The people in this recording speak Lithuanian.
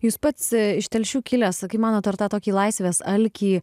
jūs pats iš telšių kilęs kaip manot ar tą tokį laisvės alkį